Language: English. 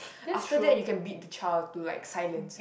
after that you can beat the child to like silence